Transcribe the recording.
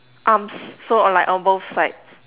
arms so on like on both sides